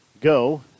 go